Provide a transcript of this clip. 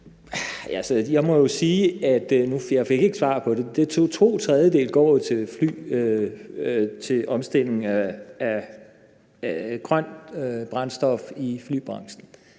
jeg ikke fik svar på det. To tredjedele går jo til omstillingen til grønt brændstof i flybranchen,